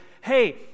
hey